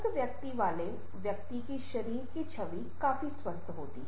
स्वस्थ व्यक्तित्व वाले व्यक्ति की शरीर की छवि काफी स्वस्थ होगी